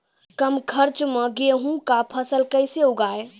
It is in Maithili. कम खर्च मे गेहूँ का फसल कैसे उगाएं?